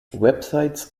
websites